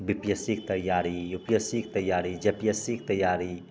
B P S C के तैआरी U P S C के तैआरी जे पी एस सी के तैआरी